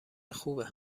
خوبه